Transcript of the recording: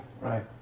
Right